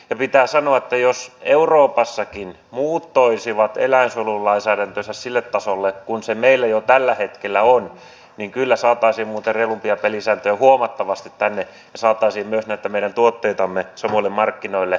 ja pitää sanoa että jos euroopassakin muut toisivat eläinsuojelulainsäädäntönsä sille tasolle kuin se meillä jo tällä hetkellä on niin kyllä saataisiin muuten huomattavasti reilumpia pelisääntöjä tänne ja saataisiin myös näitä meidän tuotteitamme samoille markkinoille